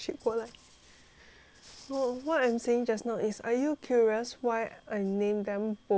so what I'm saying just now is are you curious why I name them bobo jojo